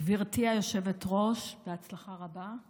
גברתי היושבת-ראש, בהצלחה רבה.